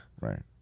Right